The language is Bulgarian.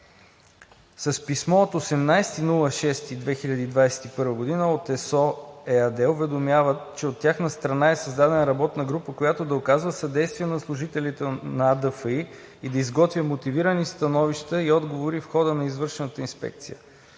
С писмо от 18 юни 2021 г. от ЕСО ЕАД уведомяват, че от тяхна страна е създадена работна група, която да оказва съдействие на служителите на АДФИ и да изготвя мотивирани становища и отговори в хода на извършената инспекция.